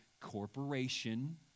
corporation